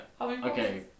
Okay